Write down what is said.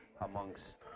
amongst